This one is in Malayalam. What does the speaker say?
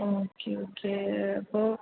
ഓക്കെ ഓക്കെ അപ്പോൾ